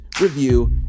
review